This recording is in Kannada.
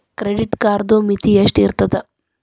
ಕ್ರೆಡಿಟ್ ಕಾರ್ಡದು ಮಿತಿ ಎಷ್ಟ ಇರ್ತದ?